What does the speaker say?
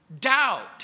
doubt